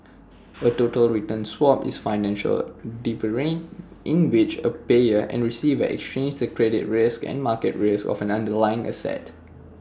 A total return swap is A financial derivative in which A payer and receiver exchange the credit risk and market risk of an underlying asset